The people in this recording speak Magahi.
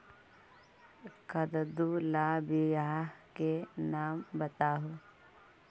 कददु ला बियाह के नाम बताहु?